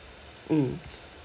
mm